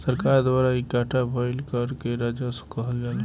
सरकार द्वारा इकट्ठा भईल कर के राजस्व कहल जाला